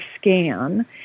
scan